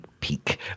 peek